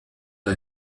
der